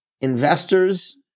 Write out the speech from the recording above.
Investors